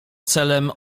celem